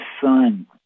son